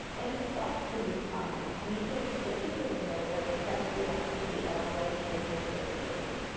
and response to these comments, we took particular note of the price elasticity of our registration services.